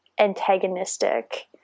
antagonistic